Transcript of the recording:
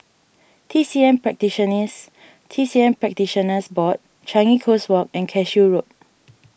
T C M T C M Practitioners Board Changi Coast Walk and Cashew Road